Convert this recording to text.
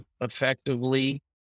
effectively